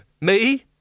me